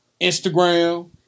Instagram